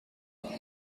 next